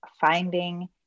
finding